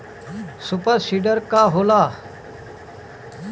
Super seeder का होला?